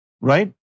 right